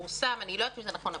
אני לא יודעת אם זה נכון,